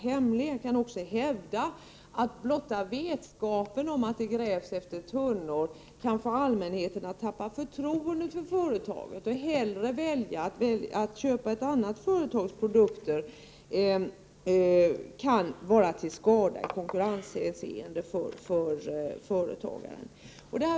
Han kan också hävda att blotta vetskapen om att det grävs efter tunnor kan få allmänheten att tappa förtroendet för företaget och hellre välja att köpa ett annat företags produkter. Letandet efter tunnorna skulle följaktligen vara till skada för företagaren i konkurrenshänseende.